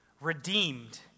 redeemed